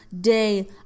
day